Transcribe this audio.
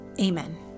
Amen